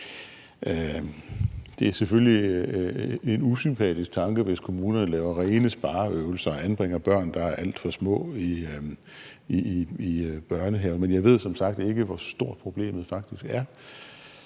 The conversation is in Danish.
Det er selvfølgelig en usympatisk tanke, hvis kommunerne laver rene spareøvelser og anbringer børn, der er alt for små, i børnehave, men jeg ved som sagt ikke, hvor stort problemet faktisk er.